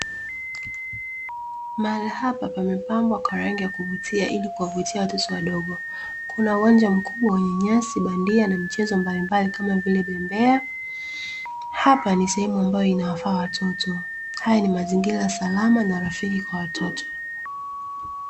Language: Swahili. Mahali hapa pamepambwa kwa rangi ya kuvutia ili kuwavutia watoto wadogo. Kuna uwanja mkubwa wenye nyasi bandia na michezo mbalimbali kama vile bembea. Hapa ni sehemu ambayo inawafaa watoto; haya ni mazingira salama na rafiki kwa watoto.